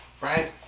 right